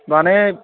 मानि